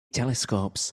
telescopes